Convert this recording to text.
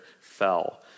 fell